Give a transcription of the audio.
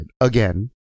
Again